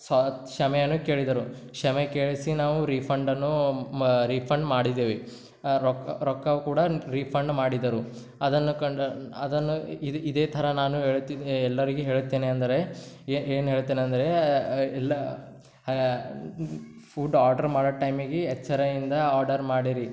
ಸ್ವಾ ಕ್ಷಮೆಯನ್ನು ಕೇಳಿದರು ಕ್ಷಮೆ ಕೇಳಿಸಿ ನಾವು ರಿಫಂಡನ್ನೂ ಮಾ ರಿಫಂಡ್ ಮಾಡಿದೆವು ರೊಕ್ಕ ರೊಕ್ಕ ಕೂಡ ರಿಫಂಡ್ ಮಾಡಿದರು ಅದನ್ನು ಕಂಡ ಅದನ್ನು ಇದು ಇದೇ ಥರ ನಾನು ಹೇಳುತ್ತಿದ್ದೆ ಎಲ್ಲರಿಗೆ ಹೇಳುತ್ತೇನೆ ಅಂದರೆ ಏನು ಏನು ಹೇಳ್ತೇನೆ ಅಂದರೆ ಎಲ್ಲ ಫುಡ್ ಆರ್ಡ್ರ್ ಮಾಡೋ ಟೈಮಿಗೆ ಎಚ್ಚರದಿಂದ ಆರ್ಡರ್ ಮಾಡಿರಿ